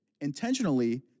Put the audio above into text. intentionally